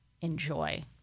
enjoy